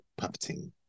puppeting